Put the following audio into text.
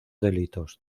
delitos